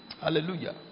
Hallelujah